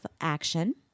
action